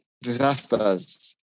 disasters